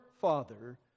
Father